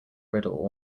riddle